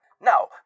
Now